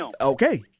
Okay